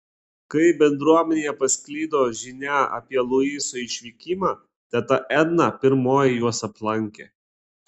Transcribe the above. kai bendruomenėje pasklido žinia apie luiso išvykimą teta edna pirmoji juos aplankė